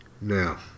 Now